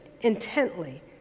intently